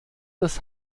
des